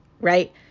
right